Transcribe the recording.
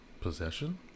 possession